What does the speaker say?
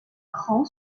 cran